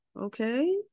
Okay